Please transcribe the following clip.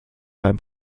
beim